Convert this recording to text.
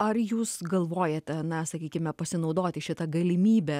ar jūs galvojate na sakykime pasinaudoti šita galimybe